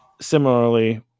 similarly